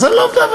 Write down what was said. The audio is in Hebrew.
אז אני לא מדווח.